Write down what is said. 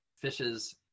fishes